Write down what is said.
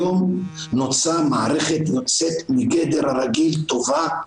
היום נוצרה מערכת יוצאת מגדר הרגיל טובה,